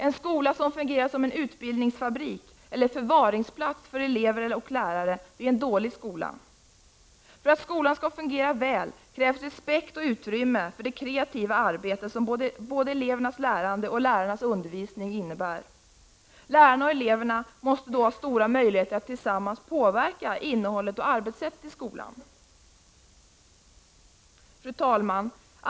En skola som fungerar som en utbildningsfabrik eller en förvaringsplats för elever och lärare är en dålig skola. För att skolan skall fungera väl krävs respekt och utrymme för det kreativa arbete som både elevernas lärande och lärarnas undervisning innebär. Lärarna och eleverna måste ha stora möjligheter att tillsammans påverka innehåll och arbetssätt i skolan. Fru talman!